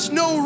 no